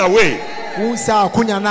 away